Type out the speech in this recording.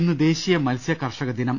ഇന്ന് ദേശീയ മത്സ്യ കർഷക ദിനം